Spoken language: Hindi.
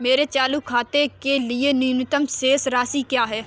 मेरे चालू खाते के लिए न्यूनतम शेष राशि क्या है?